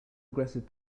aggressive